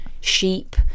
sheep